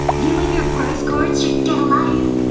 you and your gross cords should get a life.